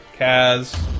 Kaz